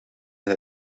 met